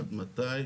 עד מתי,